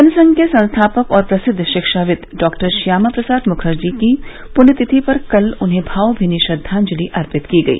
जन संघ के संस्थापक और प्रसिद्ध शिक्षाविद् डॉक्टर श्यामा प्रसाद मुखर्जी की पृण्य तिथि पर कल उन्हें भावभीनी श्रद्वाजंलि अर्पित की गई